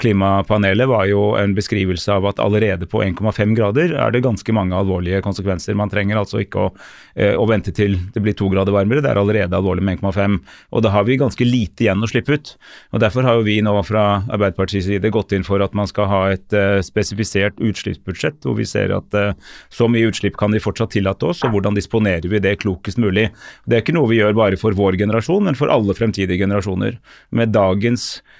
Klimapanelet var jo en beskrivelse av at allerede på 1,5 grader er det ganske mange alvorlige konsekvenser. Man trenger altså ikke å- eh, å vente til det blir to grader varmere. Det er allerede alvorlig med 1,5, og da har vi ganske lite igjen å slippe ut. Og derfor har jo vi nå fra Arbeiderpartiets side gått inn for at man skal ha et, eh, spesifisert utslippsbudsjett, hvor vi ser at, eh, så mye utslipp kan vi fortsatt tillate oss, og hvordan disponerer vi det klokest mulig? Det er ikke noe vi gjør bare for vår generasjon, men for alle fremtidige generasjoner. Med dagens